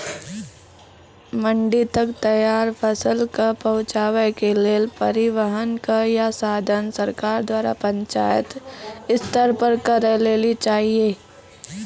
मंडी तक तैयार फसलक पहुँचावे के लेल परिवहनक या साधन सरकार द्वारा पंचायत स्तर पर करै लेली चाही?